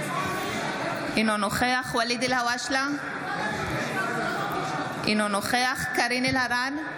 אינו נוכח ואליד אלהואשלה, אינו נוכח קארין אלהרר,